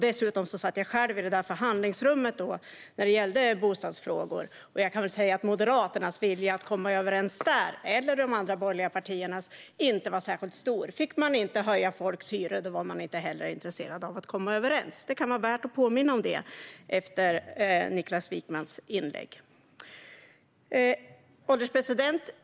Dessutom satt jag själv i det där förhandlingsrummet när det gällde bostadsfrågor, och jag kan väl säga att viljan att komma överens hos Moderaterna och de andra borgerliga partierna inte var särskilt stor. Fick man inte höja folks hyror var man inte heller intresserad av att komma överens. Det kan vara värt att påminna om det efter Niklas Wykmans inlägg. Fru ålderspresident!